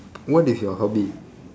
what is your hobby